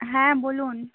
হ্যাঁ বলুন